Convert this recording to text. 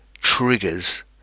triggers